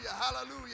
hallelujah